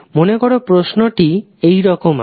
মনে করো প্রশ্ন টি এই রকম আছে